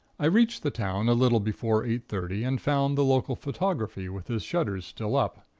i reached the town a little before eight thirty, and found the local photographer with his shutters still up.